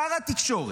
שר התקשורת,